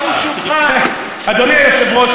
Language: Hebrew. אדוני היושב-ראש,